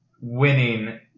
winning